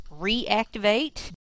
reactivate